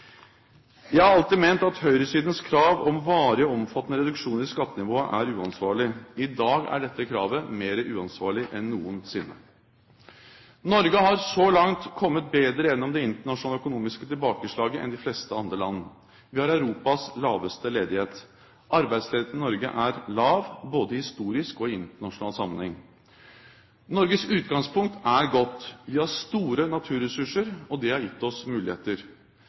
Jeg har alltid ment at høyresidens krav om varige og omfattende reduksjoner i skattenivået er uansvarlig. I dag er dette kravet mer uansvarlig enn noensinne. Norge har så langt kommet bedre gjennom det internasjonale økonomiske tilbakeslaget enn de fleste andre land. Vi har Europas laveste ledighet. Arbeidsledigheten i Norge er lav, både historisk og i internasjonal sammenheng. Norges utgangspunkt er godt. Vi har store naturressurser, og det har gitt oss muligheter.